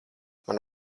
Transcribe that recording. man